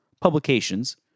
publications